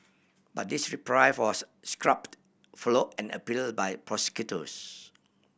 but his reprieve was scrubbed follow an appeal by prosecutors